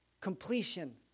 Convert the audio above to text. Completion